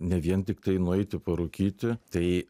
ne vien tiktai nueiti parūkyti tai